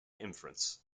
inference